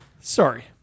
Sorry